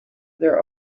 their